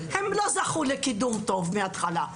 הם לא זכו לקידום טוב מההתחלה.